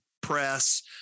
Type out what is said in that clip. press